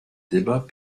débats